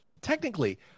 technically